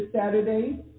Saturday